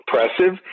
impressive